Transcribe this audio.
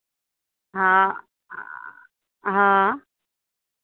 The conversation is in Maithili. हँ हँ